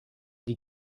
die